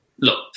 look